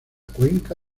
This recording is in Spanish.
cuenca